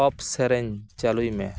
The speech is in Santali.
ᱯᱚᱯ ᱥᱮᱨᱮᱧ ᱪᱟᱹᱞᱩᱭ ᱢᱮ